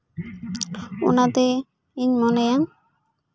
ᱚᱱᱟᱛᱮ ᱤᱧ ᱢᱚᱱᱮᱭᱟ